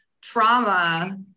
trauma